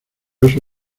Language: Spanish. eso